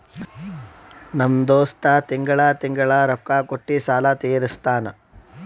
ನಮ್ ದೋಸ್ತ ತಿಂಗಳಾ ತಿಂಗಳಾ ರೊಕ್ಕಾ ಕೊಟ್ಟಿ ಸಾಲ ತೀರಸ್ತಾನ್